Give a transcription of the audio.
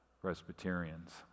Presbyterians